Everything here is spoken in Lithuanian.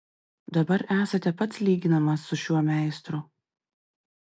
dabar esate pats lyginamas su šiuo meistru